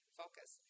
focus